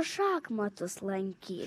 šachmatus lankyt